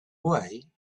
way